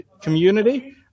community